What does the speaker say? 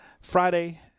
Friday